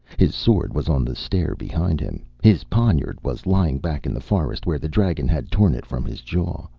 his sword was on the stair behind him. his poniard was lying back in the forest, where the dragon had torn it from his jaw.